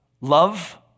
love